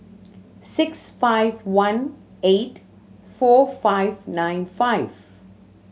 six five one eight four five nine five